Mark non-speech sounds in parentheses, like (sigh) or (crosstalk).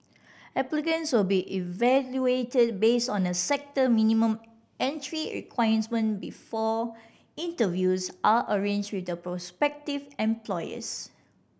applicants will be evaluated based on a sector minimum entry requirement (unintelligible) before interviews are arranged with the prospective employers